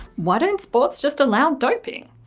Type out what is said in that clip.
why don't sports just allow doping?